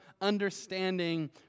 understanding